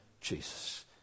Jesus